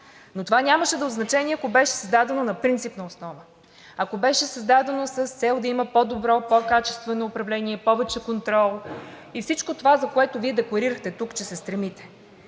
Но това нямаше да е от значение, ако беше създадено на принципна основа. Ако беше създадено с цел да има по-добро, по-качествено управление, повече контрол и всичко това, за което Вие декларирахте тук, че се стремите.